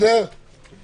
שני